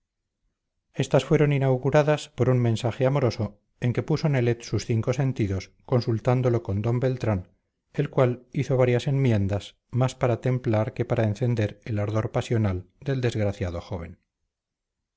estas fueron inauguradas por un mensaje amoroso en que puso nelet sus cinco sentidos consultándolo con d beltrán el cual hizo varias enmiendas más para templar que para encender el ardor pasional del desgraciado joven